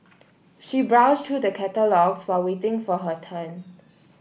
she browsed through the catalogues while waiting for her turn